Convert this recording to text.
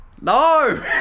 No